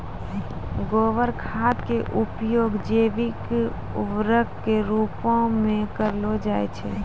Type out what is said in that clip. गोबर खाद के उपयोग जैविक उर्वरक के रुपो मे करलो जाय छै